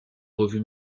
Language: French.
revue